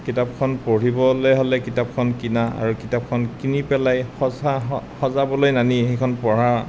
কিতাপখন পঢ়িবলৈ হ'লে কিতাপখন কিনা আৰু কিতাপখন কিনি পেলাই সজাবলৈ নানি সেইখন পঢ়া